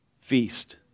feast